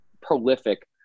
prolific